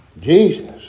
Jesus